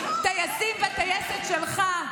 טייסים בטייסת שלך,